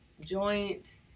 Joint